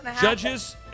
Judges